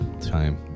time